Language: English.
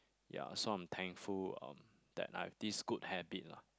ya so I'm thankful um that I have this good habit lah